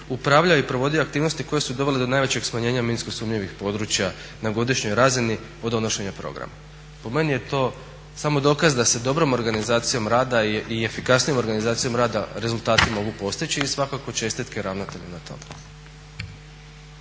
upravljao i provodio aktivnosti koje su dovele do najvećeg smanjenja minsko sumnjivih područja na godišnjoj razini od donošenja programa. Po meni je to samo dokaz da se dobrom organizacijom rada i efikasnijom organizacijom rada rezultati mogu postići i svakako čestitke ravnatelju na tome.